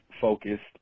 focused